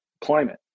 climate